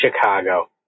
Chicago